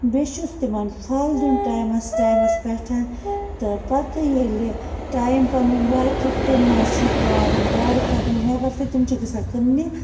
بیٚیہِ چھُس تِمَن پھَل دیُن ٹایمَس ٹایمَس پٮ۪ٹھ تہٕ پتہٕ ییٚلہِ ٹایِم پنُن واتہِ تہٕ تَمہِ منٛز چھِ پٮ۪وان تِم گاڈٕ کَرنہِ نٮ۪بر تہٕ تِم چھِ گَژھان کٕننہِ